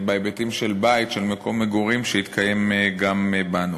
בהיבטים של בית, של מקום מגורים, שיתקיים גם בנו.